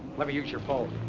let me use your phone.